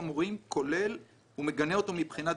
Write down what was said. חמורים וגם מגנה אותו מן הבחינה הדתית,